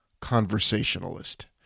conversationalist